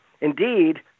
indeed